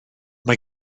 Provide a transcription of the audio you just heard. mae